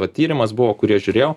va tyrimas buvo kurie žiūrėjo